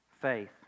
faith